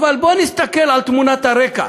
אבל בוא נסתכל על תמונת הרקע,